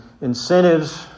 incentives